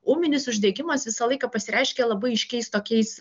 ūminis uždegimas visą laiką pasireiškia labai ryškiais tokiais